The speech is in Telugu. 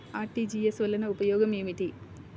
అర్.టీ.జీ.ఎస్ వలన ఉపయోగం ఏమిటీ?